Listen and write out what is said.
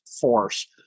force